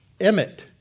emmet